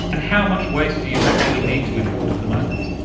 and how much waste do you actually need to import at the moment?